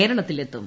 കേരളത്തിലെത്തും